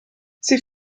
sie